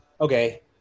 Okay